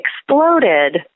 exploded